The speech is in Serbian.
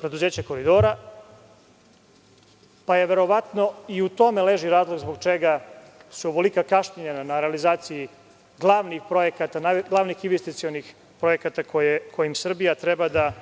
preduzeća Koridora, pa verovatno i u tome leži razlog zbog čega su ovolika kašnjenja na realizaciji glavnih projekata, glavnih investicionih projekata kojim Srbija treba da